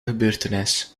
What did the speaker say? gebeurtenis